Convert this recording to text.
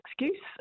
excuse